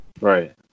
Right